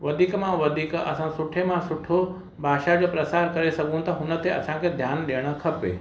वधीक मां वधीक असां सुठे मां सुठो भाषा जो प्रसार करे सघूं था हुन ते असांखे ध्यानु ॾियणु खपे